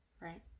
Right